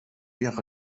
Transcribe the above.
jahre